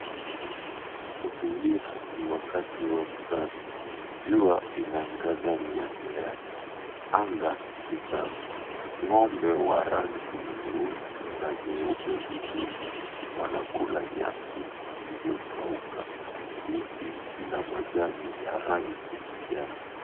Mazingira ni wakati wa mchana. Jua inaangaza miale yake. Anga ni safi. Ng'ombe wa rangi nyeusi na nyeupe mwilini wanakula nyasi ilivyokauka. Miti ina majani ya rangi ya kijani.